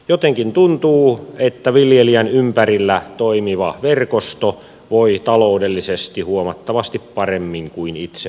jotenkin tuntuu että viljelijän ympärillä toimiva verkosto voi taloudellisesti huomattavasti paremmin kuin itse päätähti